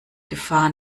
gefahr